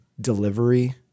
delivery